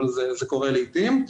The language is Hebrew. אבל זה קורה לעתים.